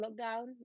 lockdown